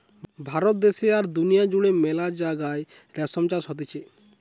ভারত দ্যাশে আর দুনিয়া জুড়ে মেলা জাগায় রেশম চাষ হতিছে